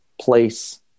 place –